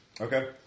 okay